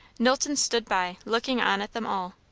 knowlton stood by, looking on at them all.